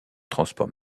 transport